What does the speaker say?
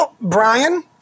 brian